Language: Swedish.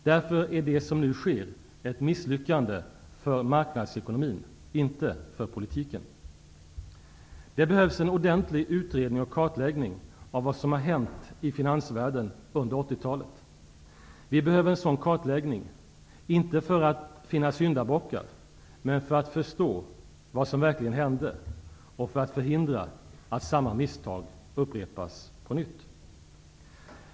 Därför är det som nu sker ett misslyckande för marknadsekonomin, inte för politiken. Det behövs en ordentlig utredning och kartläggning av vad som hänt i finansvärlden under 80-talet. Vi behöver en sådan kartläggning, inte för att finna syndabockar men för att förstå vad som verkligen hände och för att förhindra att samma misstag upprepas på nytt.